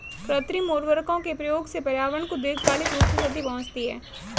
कृत्रिम उर्वरकों के प्रयोग से पर्यावरण को दीर्घकालिक रूप से क्षति पहुंचती है